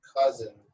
cousin